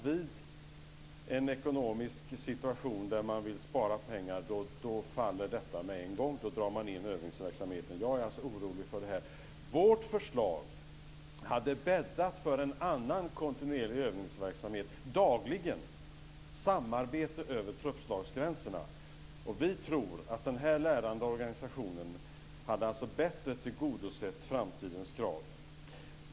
Vid en ekonomisk organisation där man vill spara pengar riskerar detta att falla med en gång. Då drar man in övningsverksamheten. Jag är alltså orolig för detta. Vårt förslag hade bäddat för en annan kontinuerlig övningsverksamhet dagligen och för samarbete över truppslagsgränserna. Vi tror att den lärande organisationen bättre hade tillgodosett framtidens krav.